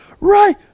right